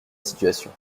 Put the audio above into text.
situation